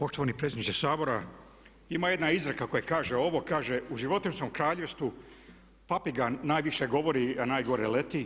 Poštovani predsjedniče Sabora, ima jedna izreka koja kaže ovo, kaže u životinjskom kraljevstvu papiga najviše govori a najgore leti.